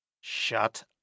Shut